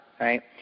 right